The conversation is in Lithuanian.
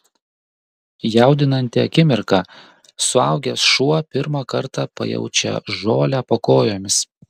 jaudinanti akimirka suaugęs šuo pirmą kartą pajaučia žolę po kojomis